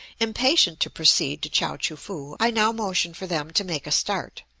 impatient to proceed to chao-choo-foo i now motion for them to make a start.